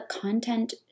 content